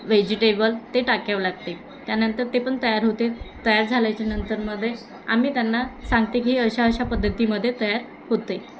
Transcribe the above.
vegetable ते टाकावं लागते त्यानंतर ते पण तयार होते तयार झाल्याच्या नंतरमध्ये आम्ही त्यांना सांगते की ही अशा अशा पद्धतीमध्ये तयार होते